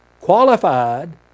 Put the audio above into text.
qualified